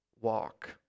walk